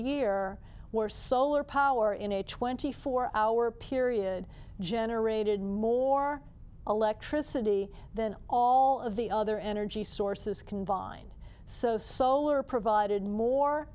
year where solar power in a twenty four hour period generated more electricity than all of the other energy sources can bond so solar provided more